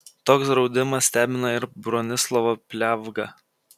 toks draudimas stebina ir bronislovą pliavgą